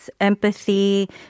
empathy